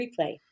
replay